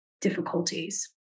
difficulties